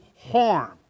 harm